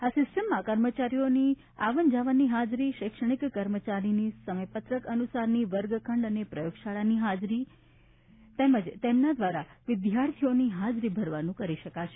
આ સિસ્ટ્મમાં કર્મચારીઓની આવન જાવનની હાજરી શૈક્ષણિક કર્મચારીની સમયપત્રક અનુસારની વર્ગખંડ અને પ્રયોગશાળાની હાજરી તેમજ તેમના દ્વારા વિદ્યાર્થીઓની હાજરી ભરવાનું કરી શકાશે